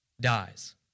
dies